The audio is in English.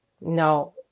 No